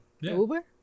Uber